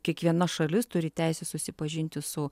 kiekviena šalis turi teisę susipažinti su